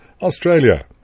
Australia